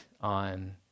on